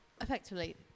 effectively